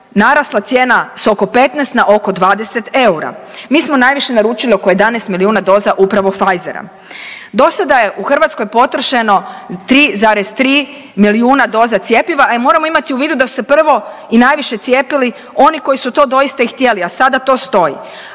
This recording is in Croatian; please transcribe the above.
narasla cijena s oko 15 na oko 20 eura, mi smo najviše naručili oko 11 milijuna doza upravo Pfizer. Do sada je u Hrvatskoj potrošen 3,3 milijuna doza cjepiva, a moram imati u vidu da su se prvo i najviše cijepili oni koji su to doista i htjeli, a sada to stoji.